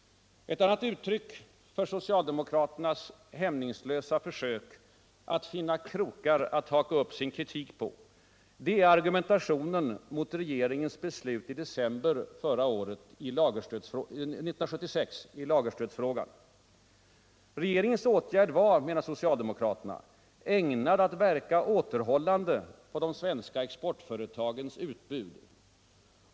Ett annat uttryck för socialdemokraternas hämningslösa försök att finna krokar att haka upp sin kritik på är argumentationen mot regeringens beslut i december 1976 i lagerstödsfrågan. Regeringens åtgärd var, menar socialdemokraterna, ägnad att verka återhållande på de svenska exportföretagens utbud.